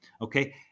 Okay